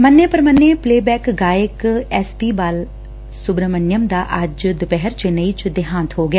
ਮੰਨੇ ਪ੍ਰਮੰਨੇ playback ਗਾਇਕ S P Bala Subrahmanyam ਦਾ ਅੱਜ ਦੁਪਹਿਰ ਚੇਨੰਈ ਵਿਚ ਦੇਹਾਂਤ ਹੋ ਗਿਆ